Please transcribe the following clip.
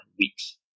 weeks